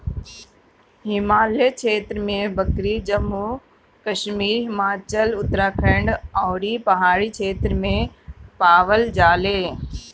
हिमालय क्षेत्र में बकरी जम्मू कश्मीर, हिमाचल, उत्तराखंड अउरी पहाड़ी क्षेत्र में पावल जाले